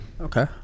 Okay